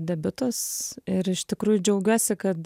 debiutas ir iš tikrųjų džiaugiuosi kad